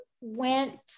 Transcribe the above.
went